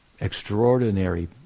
extraordinary